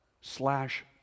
slash